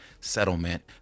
settlement